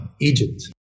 Egypt